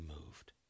moved